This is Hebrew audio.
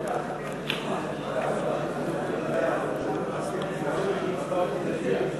את הצעת חוק השאלת ספרי לימוד (תיקון,